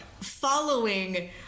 Following